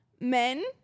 Men